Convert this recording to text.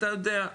אתה יודע,